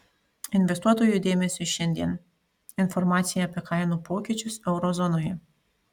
investuotojų dėmesiui šiandien informacija apie kainų pokyčius euro zonoje